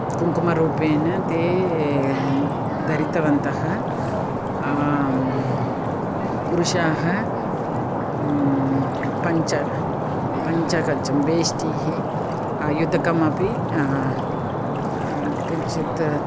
कुङ्कुमरूपेण ते धृतवन्तः पुरुषाः पञ्च पञ्चकच्चं वेष्टीः युतकम् अपि किञ्चित्